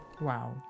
Wow